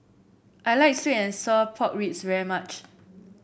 I like sweet and Sour Pork Ribs very much